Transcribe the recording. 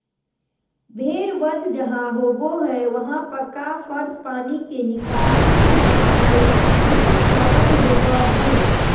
भेड़ वध जहां होबो हई वहां पक्का फर्श, पानी के निकास, शुद्ध हवा के उचित प्रबंध होवअ हई